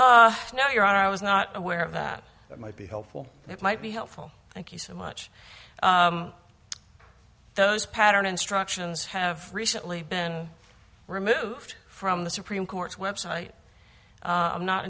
honor i was not aware of that it might be helpful it might be helpful thank you so much those pattern instructions have recently been removed from the supreme court's website i'm not